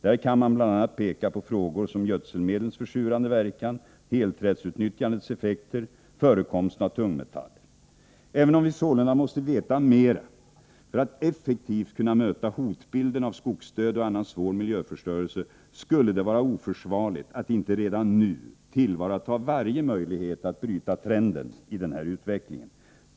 Där kan man bl.a. peka på frågor som gödselmedlens försurande verkan, helträdsutnyttjandets effekter samt förekomsten av tungmetaller. Även om vi sålunda måste veta mera för att effektivt kunna möta hotbilden av skogsdöd och annan svår miljöförstöring, skulle det vara oförsvarligt att inte redan nu tillvarata varje möjlighet att bryta trenden i denna utveckling.